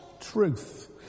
truth